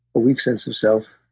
a weak sense of self,